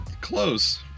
Close